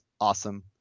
awesome